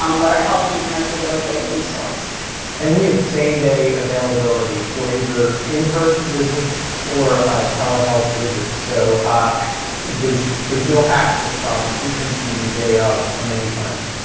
um but our health link nurses are a great resource and we have same-day availability for either in-person visits or telehealth visits so there's there's no access problems. we can see you day of many times.